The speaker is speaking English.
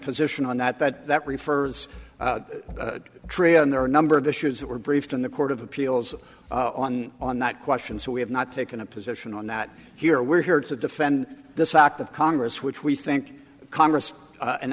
position on that that that refers to trey and there are a number of issues that were briefed in the court of appeals on on that question so we have not taken a position on that here we're here to defend this act of congress which we think congress an